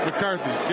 McCarthy